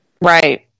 right